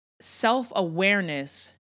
Self-awareness